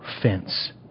fence